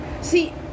See